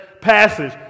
passage